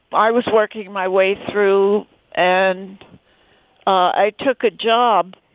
i was working my way through and i took a job.